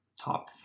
top